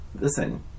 Listen